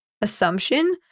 assumption